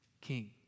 king